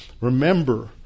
Remember